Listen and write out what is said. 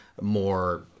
more